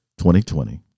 2020